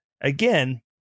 again